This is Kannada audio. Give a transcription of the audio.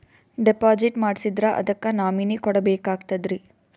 ಡಿಪಾಜಿಟ್ ಮಾಡ್ಸಿದ್ರ ಅದಕ್ಕ ನಾಮಿನಿ ಕೊಡಬೇಕಾಗ್ತದ್ರಿ?